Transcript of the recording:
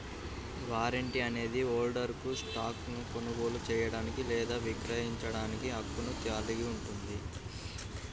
warrant అనేది హోల్డర్కు స్టాక్ను కొనుగోలు చేయడానికి లేదా విక్రయించడానికి హక్కును కలిగి ఉంటుంది